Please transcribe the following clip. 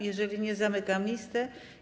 Jeżeli nie, zamykam listę.